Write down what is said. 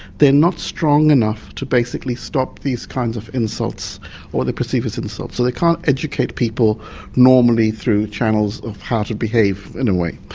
they're not strong enough to basically stop these kinds of insults what they perceive as insults so they can't educate people normally through channels of how to behave, in a way.